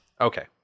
Okay